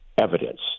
evidence